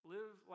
Live